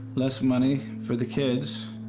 less money for the kids,